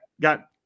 Got